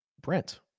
Brent